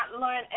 learn